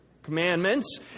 commandments